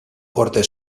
corte